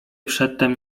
przedtem